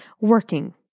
working